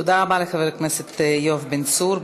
תודה רבה לחבר הכנסת יואב בן צור.